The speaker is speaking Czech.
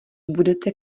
budete